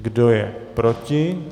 Kdo je proti?